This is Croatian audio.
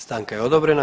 Stanka je odobrena.